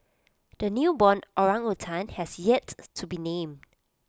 the newborn orangutan has yet to be named